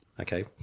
Okay